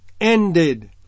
ended